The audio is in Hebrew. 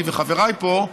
אני וחבריי פה,